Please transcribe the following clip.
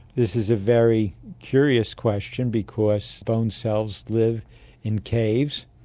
this is a very curious question because bone cells live in caves,